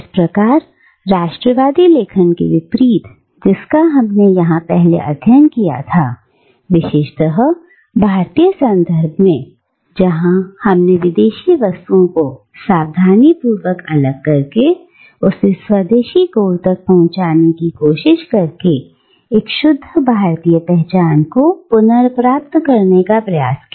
इस प्रकार राष्ट्रवादी लेखन के विपरीत जिसका हमने पहले अध्ययन किया था विशेषतः भारतीय संदर्भ में जहां हमने विदेशी वस्तुओं को सावधानीपूर्वक अलग करके उसे स्वदेशी कोर तक पहुंचाने की कोशिश करके एक शुद्ध भारतीय पहचान को पुनर्प्राप्त करने का प्रयास किया